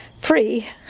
free